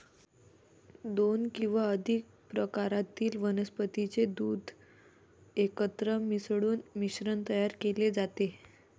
दोन किंवा अधिक प्रकारातील वनस्पतीचे दूध एकत्र मिसळून मिश्रण तयार केले जाते